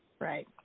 Right